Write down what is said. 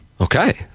Okay